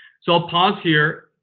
so, i'll pause here.